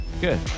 Good